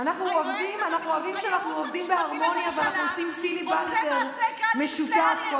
הייעוץ המשפטי לממשלה עושה מעשה גל הירש לאריה דרעי,